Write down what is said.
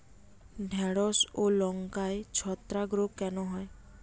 ঢ্যেড়স ও লঙ্কায় ছত্রাক রোগ কেন হয়?